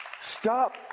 Stop